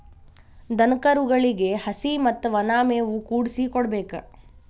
ದನಕರುಗಳಿಗೆ ಹಸಿ ಮತ್ತ ವನಾ ಮೇವು ಕೂಡಿಸಿ ಕೊಡಬೇಕ